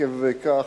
עקב כך,